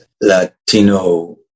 Latino